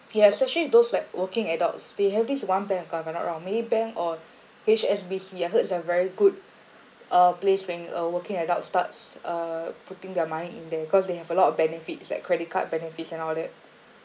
yeah especially those like working adults they have this one bank account if I'm not wrong maybank or H_S_B_C I heard are very good uh place when uh working adults starts uh putting their money in there cause they have a lot of benefits like credit card benefits and all that